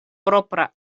propra